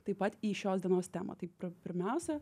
taip pat į šios dienos temą tai pir pirmiausia